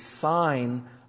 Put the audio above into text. sign